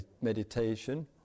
meditation